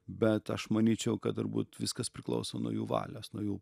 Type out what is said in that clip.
bet aš manyčiau kad turbūt viskas priklauso nuo jų valios nuo jų